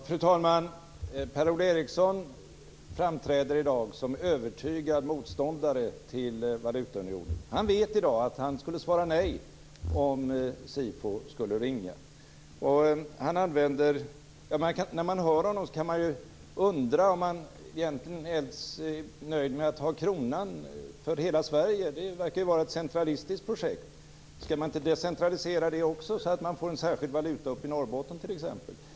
Fru talman! Per-Ola Eriksson framträder i dag som övertygad motståndare till valutaunionen. Han vet att han skulle svara nej om SIFO skulle ringa. När man hör honom undrar man om han är nöjd med att vi har kronan som valuta i hela Sverige. Det verkar vara ett centralistiskt projekt. Skall man inte decentralisera det också, så att man får en särskild valuta uppe i Norrbotten, t.ex.?